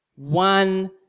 One